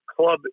club